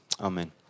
Amen